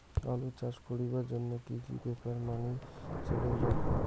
আলু চাষ করিবার জইন্যে কি কি ব্যাপার মানি চলির লাগবে?